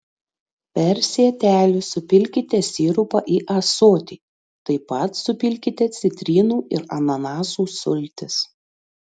per sietelį supilkite sirupą į ąsotį taip pat supilkite citrinų ir ananasų sultis